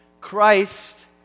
Christ